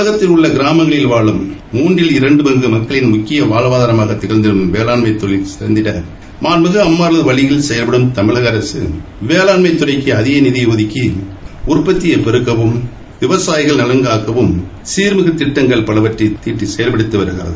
தமிழகத்தில் கிராமப்புறங்களில் வாழும் மூன்றில் இரண்டு பங்கு மக்களின் முக்கிய வாழ்வாதாரமாக திகழந்திடும் வேளாண் தொழில் சிறந்திட மாண்புமிகு அம்மா அவர்கள் வழியில் செயல்படும் தமிழக அரசு வேளாண் துறைக்கு அதிக நிதியை ஒதுக்கி உற்பத்தியை பெருக்கவும் விவசாயிகள் நலன் காக்கவும் சீர்மிகு திட்டங்கள் பலவற்றை செயல்படுத்தி வருகிறது